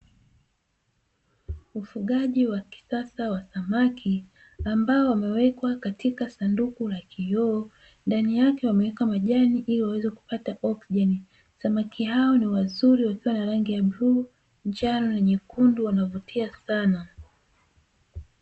Ufugaji wa kisasa wa samaki ambao wamewekwa katika sanduku la kioo ndani yake wameweka majani ili waweze kupata oksijeni, samaki hao ni wazuri wakiwa na rangi ya bluu, njano na nyekundu wanavutia sana.